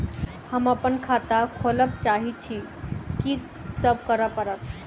हम अप्पन खाता खोलब चाहै छी की सब करऽ पड़त?